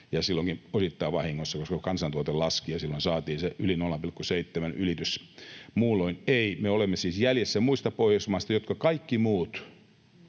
silloinkin osittain vahingossa, kun kansantuote laski. Silloin saatiin se 0,7:n ylitys, muulloin ei. Me olemme siis jäljessä muista Pohjoismaista, jotka kaikki muut